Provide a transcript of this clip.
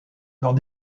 dans